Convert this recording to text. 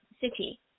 city